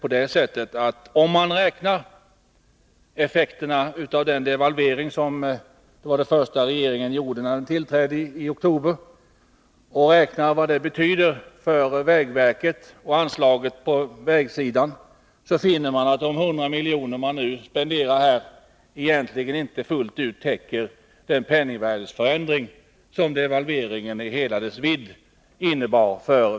För det andra finner man, om man tar i beaktande den devalvering som var det första regeringen gjorde när den tillträdde i oktober och räknar ut vad den betyder för anslaget till vägväsendet, att de 100 milj.kr. som nu spenderas till vägunderhåll egentligen inte fullt ut täcker den penningvärdeförsämring som devalveringen i hela dess vidd innebar.